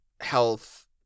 health